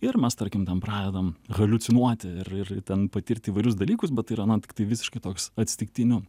ir mes tarkim ten pradedam haliucinuoti ir ir ten patirti įvairius dalykus bet tai yra na tiktai visiškai toks atsitiktinių